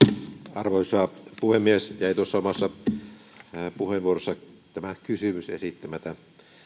arvoisa puhemies jäi tuossa omassa puheenvuorossa kysymys esittämättä